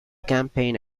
campaign